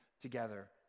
together